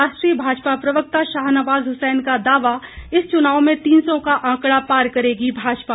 राष्ट्रीय भाजपा प्रवक्ता शाहनवाज हुसैन का दावा इस चुनाव में तीन सौ का आंकड़ा पार करेगी भाजपा